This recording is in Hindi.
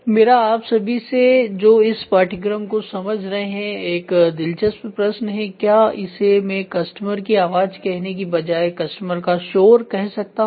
मेरा आप सभी से एक दिलचस्प असवार है जो इस पाठ्यक्रम को समझ रहे हैं क्या इसे मैं कस्टमर की आवाज कहने की बजाय कस्टमर का शोर कह सकता हूं